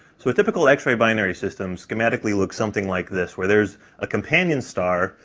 so a typical x-ray binary system schematically looks something like this, where there's a companion star,